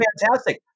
fantastic